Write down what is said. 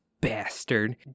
bastard